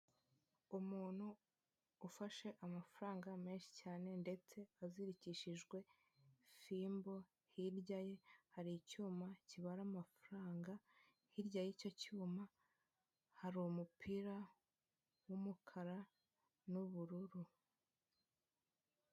Umuntu ufashe amafaranga menshi cyane ndetse azirikishijwe fimbo, hirya ye hari icyuma kibara amafaranga, hirya y'icyo cyuma hari umupira w'umukara n'ubururu.